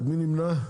1 נמנע.